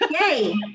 Yay